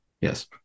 Yes